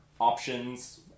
options